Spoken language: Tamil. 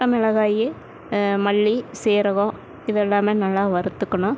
பட்டை மிளகாய் மல்லி சீரகம் இது எல்லாமே நல்லா வறுத்துக்கணும்